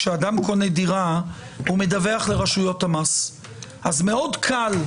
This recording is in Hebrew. כשאדם קונה דירה הוא מדווח לרשויות המס אז מאוד קל,